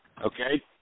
Okay